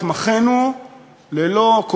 שבה התמחינו,